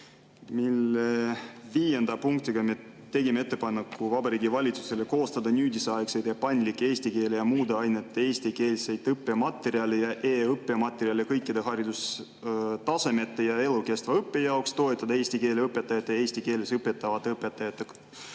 mille viienda punktiga me tegime ettepaneku Vabariigi Valitsusele koostada nüüdisaegseid ja paindlikke eesti keele ja muude ainete eestikeelseid õppematerjale ja e-õppematerjale kõikide haridustasemete ja elukestva õppe jaoks, toetada eesti keele õpetajate ja eesti keeles õpetavate õpetajate